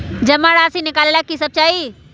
जमा राशि नकालेला कि सब चाहि?